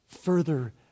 further